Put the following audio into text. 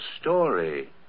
story